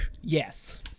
Yes